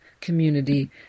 community